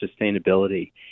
Sustainability